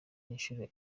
inshuro